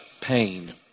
pain